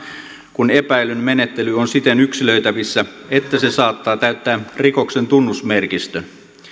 kun epäillyn menettely on siten yksilöitävissä että se saattaa täyttää rikoksen tunnusmerkistön